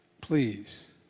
please